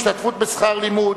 השתתפות בשכר לימוד),